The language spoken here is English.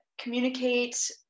communicate